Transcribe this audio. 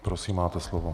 Prosím, máte slovo.